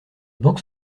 banques